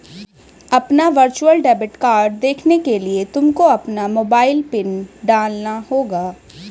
अपना virtual debit card देखने के लिए तुमको अपना मोबाइल पिन डालना होगा